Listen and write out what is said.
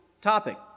topic